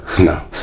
no